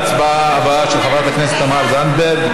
ההצעה עברה בקריאה טרומית.